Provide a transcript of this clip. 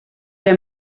era